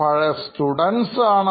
പഴയ സ്റ്റുഡൻസ് ആണ്